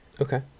Okay